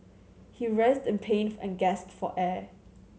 he writhed in pain and gasped for air